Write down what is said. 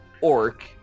orc